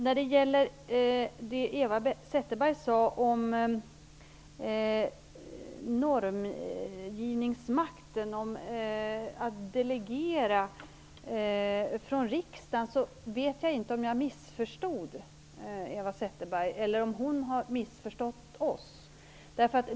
Jag vet inte om jag missförstod det Eva Zetterberg sade om att delegera normgivningsmakten från riksdagen, eller om hon har missförstått oss.